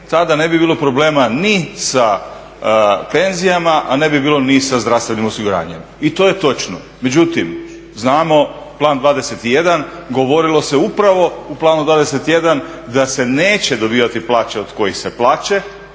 Tada ne bi bilo problema ni sa penzijama, a ne bi bilo ni sa zdravstvenim osiguranjem. I to je točno. Međutim, znamo Plan 21 govorilo se upravo u Planu 21 da se neće dobivati plaće od kojih se plaće.